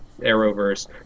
Arrowverse